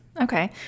Okay